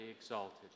exalted